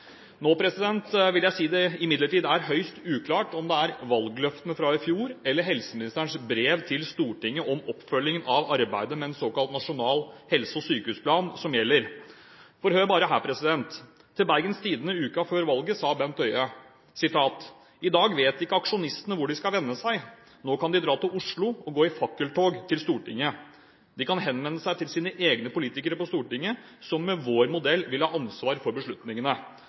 det imidlertid høyst uklart om det er valgløftene fra i fjor eller helseministerens brev til Stortinget om oppfølgingen av arbeidet med en såkalt nasjonal helse- og sykehusplan som gjelder. For hør bare her: Til Bergens Tidende uken før valget sa Bent Høie: «I dag vet ikke aksjonistene hvor de skal vende seg, nå kan de dra til Oslo og gå i fakkeltog til Stortinget. De kan henvende seg til sine egne politikere på Stortinget, som med vår modell vil ha ansvar for beslutningene.»